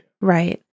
right